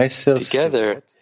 Together